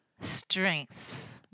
strengths